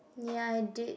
ya it did